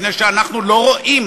מפני שאנחנו לא רואים,